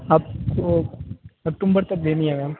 आपको अक्टूबर तक देनी है मैम